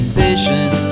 patient